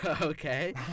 Okay